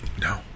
No